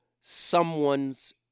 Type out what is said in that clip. someone's